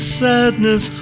sadness